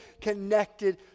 connected